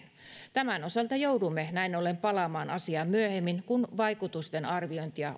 tämän osalta joudumme näin ollen palaamaan asiaan myöhemmin kun vaikutusten arviointia